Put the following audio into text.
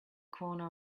corner